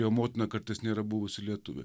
jo motina kartais nėra buvusi lietuvė